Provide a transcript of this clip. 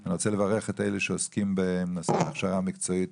אני רוצה לברך את אלה שעוסקים בנושא הכשרה מקצועית,